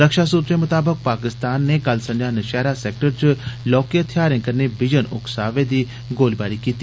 रक्षा सूर्वे मताबक पाकिस्तान नै कल संत्रा नौशैहरा सैक् र च लौहके हथेयारें कन्नै विजन उकसाव दी गोलीबारी कीती